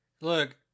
Look